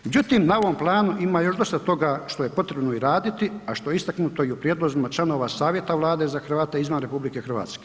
Međutim, na ovom planu ima još dosta toga što je potrebno i raditi, a što je istaknuto i u prijedlozima članova savjeta Vlade za Hrvate izvan RH.